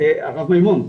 הרב מימון,